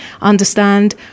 understand